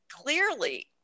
clearly